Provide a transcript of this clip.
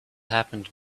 happened